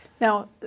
Now